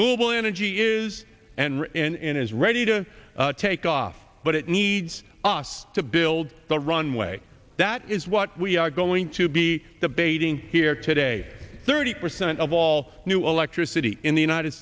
ile energy is and is ready to take off but it needs us to build the runway that is what we are going to be debating here today thirty percent of all new electricity in the united